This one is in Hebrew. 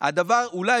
הדבר שהוא אולי,